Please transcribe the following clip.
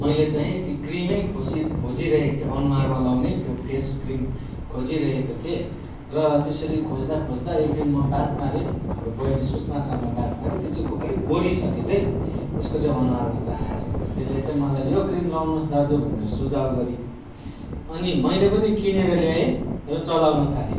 मैले चाँहि त्यो क्रिमै खोसी खोजिरहेको थिएँ अनुहारमा लाउने त्यो फेस क्रिम खोजिरहेको थिएँ र त्यसरी खोज्दा खोज्दा एकदिन म बात मारेँ हाम्रो बहिनी सुष्मासँग बात मारेँ त्यो चाहिँ अलिक गोरी छ त्यो चाहिँ त्यसको चाहिँ अनुहारमा चायाँ छैन त्यसले चाहिँ मलाई यो क्रिम लाउनुहोस् दाजु भनेर सुझाव गरी अनि मैले पनि किनेर ल्याएँ र चलाउन थालेँ